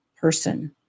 person